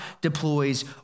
deploys